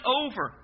over